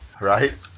right